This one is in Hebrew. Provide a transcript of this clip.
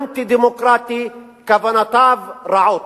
אנטי-דמוקרטי, כוונותיו רעות.